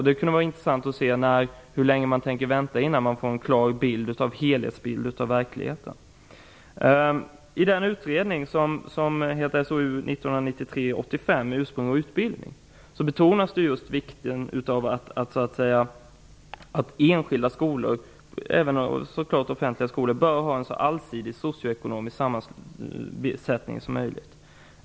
Det blir intressant att se hur länge man tänker vänta innan man anser att helhetsbilden av verkligheten är klar. I utredningen SOU 1993:85, Ursprung och utbildning, betonas just vikten av att enskilda skolor -- självfallet också offentliga skolor -- har en så allsidig socioekonomisk sammansättning som möjligt.